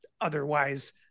otherwise